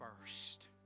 first